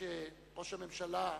כשראש הממשלה,